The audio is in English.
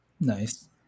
Nice